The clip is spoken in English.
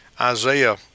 Isaiah